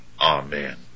Amen